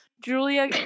Julia